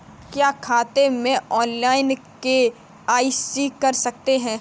क्या खाते में ऑनलाइन के.वाई.सी कर सकते हैं?